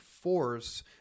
force